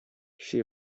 she